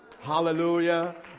Hallelujah